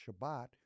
Shabbat